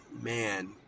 Man